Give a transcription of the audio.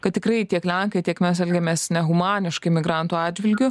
kad tikrai tiek lenkai tiek mes elgiamės nehumaniškai imigrantų atžvilgiu